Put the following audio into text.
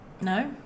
No